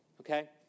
okay